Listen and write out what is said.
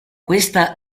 questa